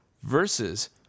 versus